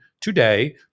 today